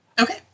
okay